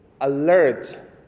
alert